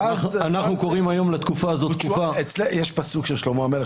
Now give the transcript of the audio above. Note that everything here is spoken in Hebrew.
אנחנו קוראים לתקופה הזאת --- יש פסוק של שלמה המלך,